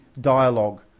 dialogue